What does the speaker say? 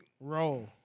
Roll